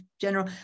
general